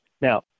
Now